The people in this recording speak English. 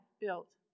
built